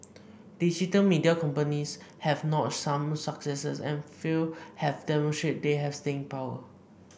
digital media companies have notched some successes and a few have demonstrated they have staying power